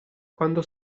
quando